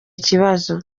kibazo